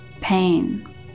pain